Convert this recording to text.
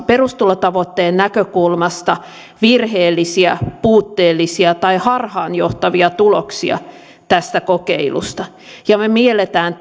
perustulotavoitteen näkökulmasta virheellisiä puutteellisia tai harhaanjohtavia tuloksia tästä kokeilusta ja me miellämme